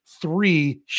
three